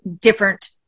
different